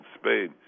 Spain